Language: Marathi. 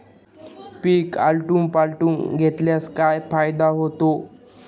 पीक आलटून पालटून घेतल्यास काय फायदा होतो?